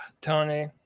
Tony